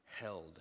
held